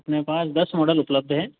अपने पास दस मॉडल उपलब्ध है